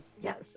yes